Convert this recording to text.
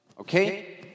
Okay